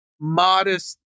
modest